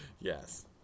Yes